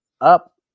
up